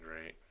great